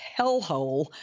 hellhole